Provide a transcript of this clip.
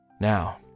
now